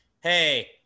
hey